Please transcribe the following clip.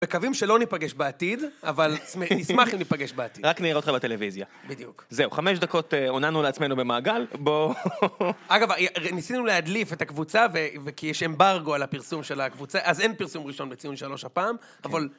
מקווים שלא ניפגש בעתיד, אבל נשמח אם ניפגש בעתיד. רק נראה אותך בטלוויזיה. בדיוק. זהו, חמש דקות עוננו לעצמנו במעגל, בואו... אגב, ניסינו להדליף את הקבוצה, וכי יש אמברגו על הפרסום של הקבוצה, אז אין פרסום ראשון בציון שלוש הפעם, אבל...